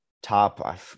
Top